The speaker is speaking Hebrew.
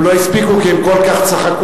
הם לא הספיקו כי הם כל כך צחקו,